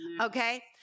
Okay